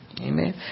Amen